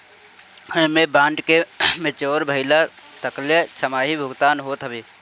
एमे बांड के मेच्योर भइला तकले छमाही भुगतान होत हवे